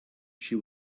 she